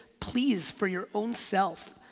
please, for your own self,